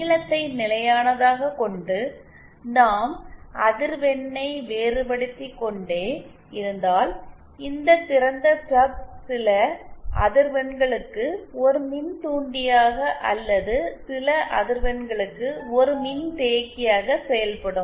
நீளத்தை நிலையானதாக கொண்டு நாம் அதிர்வெண்ணை வேறுபடுத்திக்கொண்டே இருந்தால் இந்த திறந்த ஸ்டப் சில அதிர்வெண்களுக்கு ஒரு மின்தூண்டியாக அல்லது சில அதிர்வெண்களுக்கு ஒரு மின்தேக்கியாக செயல்படும்